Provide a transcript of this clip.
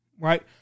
right